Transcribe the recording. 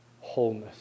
wholeness